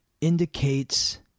indicates